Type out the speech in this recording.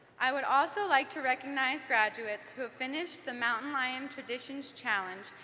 i would also like to recognize graduates who finished the mountain lion traditions challenge,